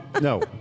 no